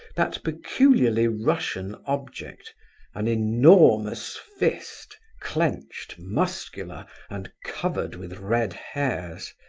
that peculiarly russian object an enormous fist, clenched, muscular, and covered with red hairs!